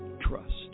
trust